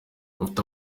bafite